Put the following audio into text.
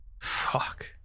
Fuck